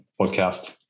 podcast